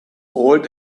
old